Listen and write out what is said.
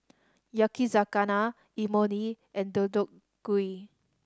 Yakizakana Imoni and Deodeok Gui